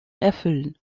erfüllen